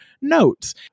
notes